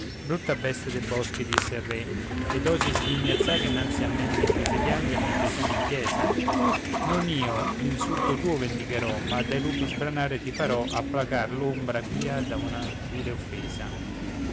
brutta bestia dei boschi disse il re ed osi sghignazzare innanzi a me mentre si piange e mentre siamo in chiesa non io l'insulto tuo vendicherò ma dai lupi sbranare ti farò a placar l'ombra pia da un vile offesa